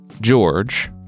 George